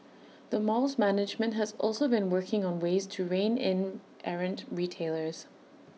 the mall's management has also been working on ways to rein in errant retailers